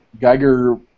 Geiger